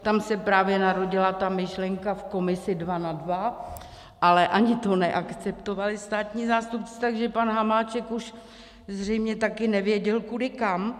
Tam se právě narodila ta myšlenka v komisi dva na dva, ale ani to neakceptovali státní zástupci, takže pan Hamáček už zřejmě taky nevěděl kudy kam.